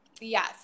Yes